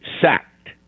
sacked